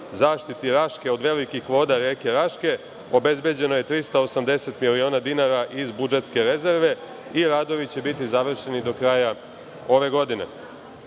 zaštiti Raške od velikih voda reke Raške. Obezbeđeno je 380 miliona dinara iz budžetske rezerve i radovi će biti završeni do kraja ove godine.